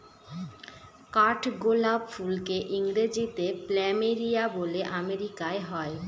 কাঠগোলাপ ফুলকে ইংরেজিতে প্ল্যামেরিয়া বলে আমেরিকায় হয়